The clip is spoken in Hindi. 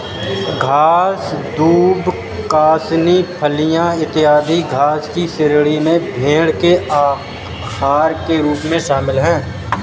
घास, दूब, कासनी, फलियाँ, इत्यादि घास की श्रेणी में भेंड़ के आहार के रूप में शामिल है